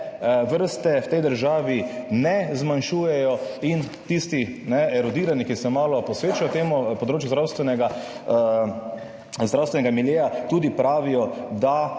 vrste v tej državi ne zmanjšujejo. Tisti erodirani, ki se malo posvečajo temu področju zdravstvenega miljeja, tudi pravijo, da